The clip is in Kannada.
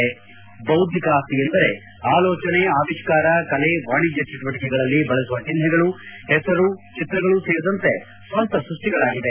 ಆಲೋಚನೆ ಬೌದ್ದಿಕ ಆಸ್ತಿ ಎಂದರೆ ಅವಿಷ್ಠಾರ ಕಲೆ ವಾಣಿಜ್ಯ ಚಟುವಟಿಕೆಗಳಲ್ಲಿ ಬಳಸುವ ಚಿನ್ನೆಗಳು ಹೆಸರುಗಳು ಚಿತ್ರಗಳು ಸೇರಿದಂತೆ ಸ್ವಂತ ಸೃಷ್ಟಿಗಳಾಗಿದೆ